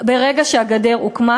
ברגע שהגדר הוקמה,